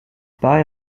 pas